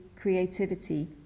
creativity